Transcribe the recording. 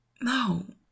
No